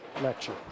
lecture